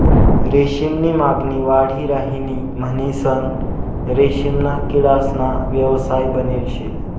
रेशीम नी मागणी वाढी राहिनी म्हणीसन रेशीमना किडासना व्यवसाय बनेल शे